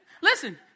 Listen